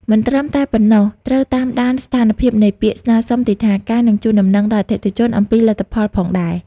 មិនត្រឹមតែប៉ុណ្ណោះ ត្រូវតាមដានស្ថានភាពនៃពាក្យស្នើសុំទិដ្ឋាការ និងជូនដំណឹងដល់អតិថិជនអំពីលទ្ធផលផងដែរ។